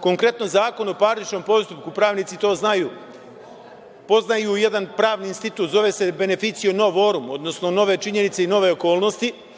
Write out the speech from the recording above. Konkretno, Zakon o parničnom postupku, pravnici to znaju, poznaju jedan pravni institut, zove se „beneficium novorum“ odnosno nove činjenice i nove okolnosti,